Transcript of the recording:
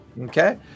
Okay